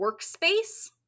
workspace